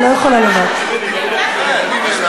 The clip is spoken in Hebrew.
לא מצביעים בעד מעתיקים.